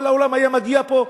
כל העולם היה מגיע לפה.